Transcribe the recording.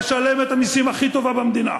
משלמת המסים הכי טובה במדינה,